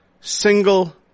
single